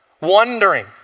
wondering